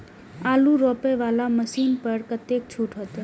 आलू रोपे वाला मशीन पर कतेक छूट होते?